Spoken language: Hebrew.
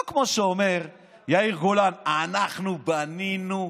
לא כמו שאומר יאיר גולן: אנחנו בנינו,